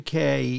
UK